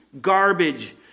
garbage